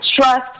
trust